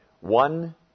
One